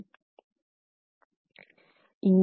Student Refer Time 3430